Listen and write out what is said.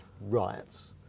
riots